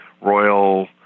Royal